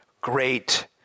great